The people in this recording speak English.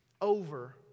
over